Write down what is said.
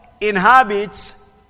inhabits